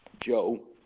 Joe